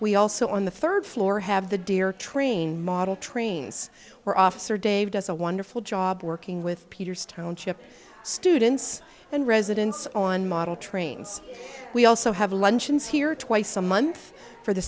we also on the third floor have the deer train model trains were officer dave does a wonderful job working with peters township students and residents on model trains we also have luncheons here twice a month for the